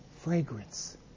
fragrance